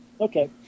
Okay